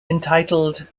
entitled